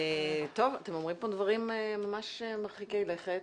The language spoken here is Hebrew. אתם אומרים כאן דברים ממש מרחיקי לכת.